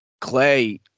Clay